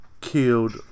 killed